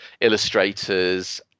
illustrators